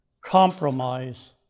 compromise